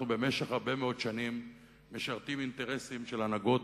אנחנו במשך הרבה מאוד שנים משרתים אינטרסים של הנהגות